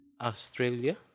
Australia